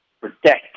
protect